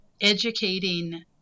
educating